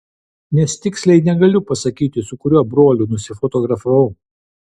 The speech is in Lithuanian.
nes tiksliai negaliu pasakyti su kuriuo broliu nusifotografavau